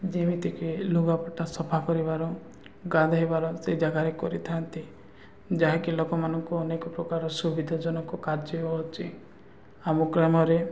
ଯେମିତିକି ଲୁଗାପଟା ସଫା କରିବାର ଗାଧୋଇବାର ସେ ଜାଗାରେ କରିଥାନ୍ତି ଯାହାକି ଲୋକମାନଙ୍କୁ ଅନେକ ପ୍ରକାର ସୁବିଧାଜନକ କାର୍ଯ୍ୟ ଅଛି ଆମ ଗ୍ରାମରେ